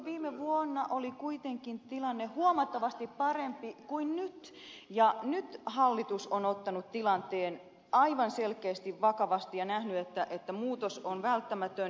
viime vuonna oli kuitenkin tilanne huomattavasti parempi kuin nyt ja nyt hallitus on ottanut tilanteen aivan selkeästi vakavasti ja nähnyt että muutos on välttämätön